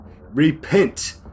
Repent